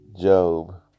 Job